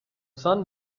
sun